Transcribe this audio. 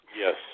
yes